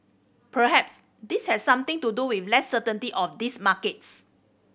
perhaps this has something to do with less certainty of these markets